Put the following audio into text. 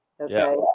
okay